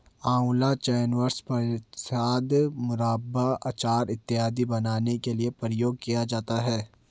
आंवला च्यवनप्राश, मुरब्बा, अचार इत्यादि बनाने के लिए प्रयोग किया जाता है